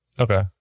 Okay